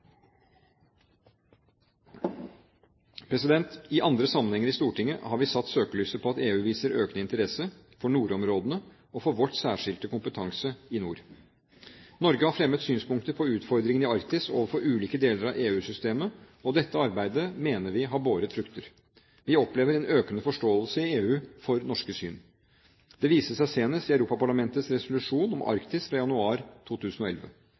I andre sammenhenger i Stortinget har vi satt søkelyset på at EU viser økende interesse for nordområdene og for vår særskilte kompetanse i nord. Norge har fremmet synspunkter på utfordringene i Arktis overfor ulike deler av EU-systemet, og dette arbeidet mener vi har båret frukter. Vi opplever en økende forståelse i EU for norsk syn. Det viste seg senest i Europaparlamentets resolusjon om Arktis fra januar 2011.